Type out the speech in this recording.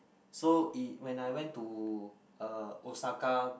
so it when I went to uh Osaka